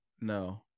no